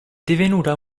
divenuta